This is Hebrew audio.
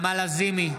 נעמה לזימי,